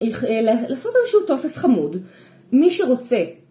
‫לעשות איזשהו תופס חמוד. ‫מי שרוצה.